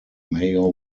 mayor